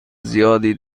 زیادی